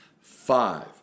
five